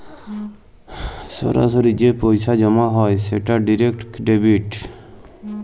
সরাসরি যে পইসা জমা হ্যয় সেট ডিরেক্ট ডেবিট